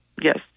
Yes